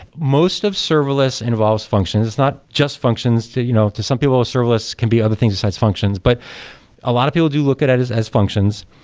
most of serverless involves function. it's not just functions. to you know to some people, ah serverless can be other things besides functions, but a lot of people do look at it as as functions,